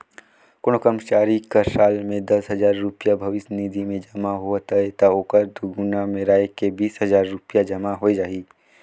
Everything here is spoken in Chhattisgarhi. कोनो करमचारी कर साल में दस हजार रूपिया भविस निधि में जमा होवत अहे ता ओहर दुगुना मेराए के बीस हजार रूपिया जमा होए जाही